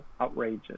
outrageous